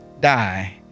die